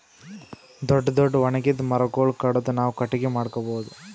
ದೊಡ್ಡ್ ದೊಡ್ಡ್ ಒಣಗಿದ್ ಮರಗೊಳ್ ಕಡದು ನಾವ್ ಕಟ್ಟಗಿ ಮಾಡ್ಕೊಬಹುದ್